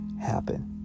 happen